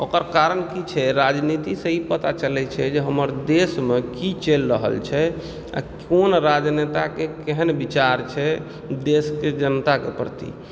ओकर कारण की छै राजनीति सऽ ई पता चलै छै जे हमर देश मे कि चलि रहल छै आ कोन राजनेता के केहन विचार छै देश के जनता के प्रति